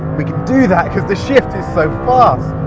we can do that because the shift is so fast.